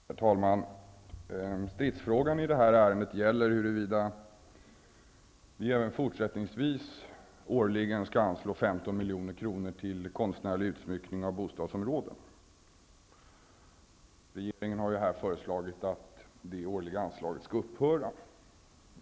Herr talman! Stridsfrågan i det här ärendet är huruvida vi även fortsättningsvis årligen skall anslå 15 milj.kr. till konstnärlig utsmyckning av bostadsområden. Regeringen har ju här föreslagit att det årliga anslaget skall upphöra.